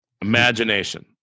imagination